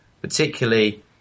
particularly